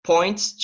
Points